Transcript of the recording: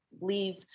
leave